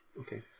okay